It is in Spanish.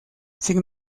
sin